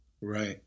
Right